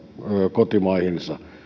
kotimaihinsa